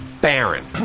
Baron